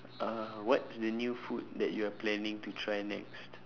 uh what's the new food that you are planning to try next